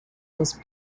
was